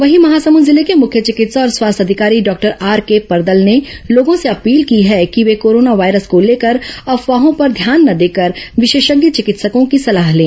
वहीं महासमंद जिले के मुख्य चिकित्सा और स्वास्थ्य अधिकारी डॉक्टर आरके परदल ने लोगों से अपील की है कि वे कोरोना वायरस को लेकर अफवाहों पर ध्यान न देकर विशेषज्ञ चिकित्सकों की सलाह लें